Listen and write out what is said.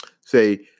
say